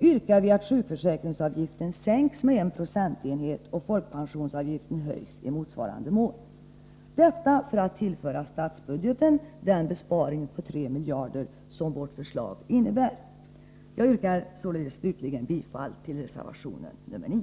yrkar vi att sjukförsäkringsavgiften sänks med en procentenhet och att folkpensionsavgiften höjs i motsvarande mån, detta för att tillföra statsbudgeten den besparing på 3 miljarder som vårt förslag innebär. Jag yrkar därför slutligen bifall till reservation nr 9.